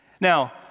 Now